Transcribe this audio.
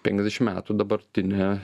penkiasdešim metų dabartinė